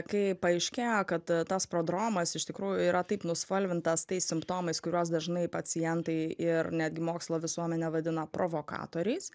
kai paaiškėjo kad tas prodromas iš tikrųjų yra taip nuspalvintas tais simptomais kuriuos dažnai pacientai ir netgi mokslo visuomenė vadina provokatoriais